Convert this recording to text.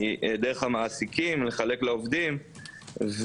דרך המעסיקים, לחלק לעובדים.